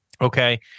Okay